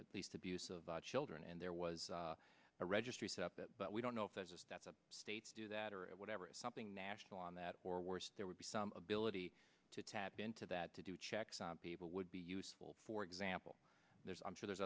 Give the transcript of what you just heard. at least abuse of children and there was a registry set up but we don't know if it's just that some states do that or whatever it's something national on that or worse there would be some ability to tap into that to do checks on people would be useful for example there's i'm sure there's